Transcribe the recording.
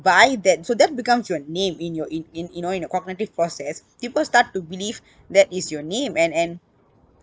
buy that so that becomes your name in your in in you know in the cognitive process people start to believe that is your name and and